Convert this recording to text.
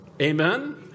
Amen